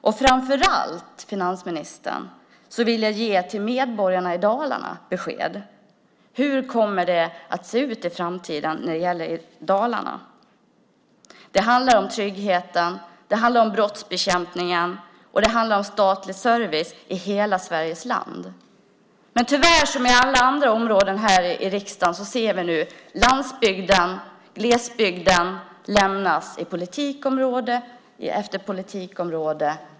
Och framför allt, finansministern, vill jag ge medborgarna i Dalarna besked: Hur kommer det att se ut i framtiden när det gäller Dalarna? Det handlar om tryggheten, om brottsbekämpningen och om statlig service i hela Sveriges land. Men tyvärr ser vi nu, som på alla andra områden här i riksdagen, hur landsbygden, glesbygden, lämnas på politikområde efter politikområde.